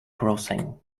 crossing